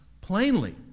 plainly